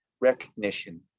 recognition